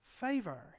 favor